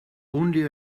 only